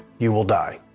you will die.